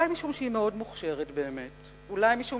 אולי משום